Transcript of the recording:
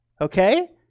Okay